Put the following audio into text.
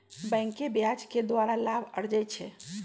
बैंके ब्याज के द्वारा लाभ अरजै छै